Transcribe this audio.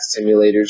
simulators